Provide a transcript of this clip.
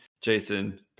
Jason